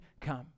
come